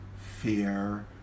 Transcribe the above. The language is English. fear